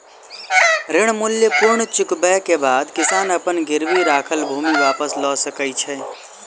ऋण मूल्य पूर्ण चुकबै के बाद किसान अपन गिरवी राखल भूमि वापस लअ सकै छै